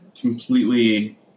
completely